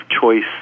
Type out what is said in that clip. choice